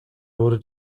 wurde